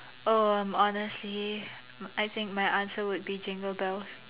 oh I'm honestly I think my answer would be Jingle Bells